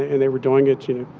and they were doing it, you